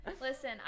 listen